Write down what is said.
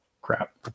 crap